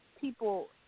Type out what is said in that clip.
people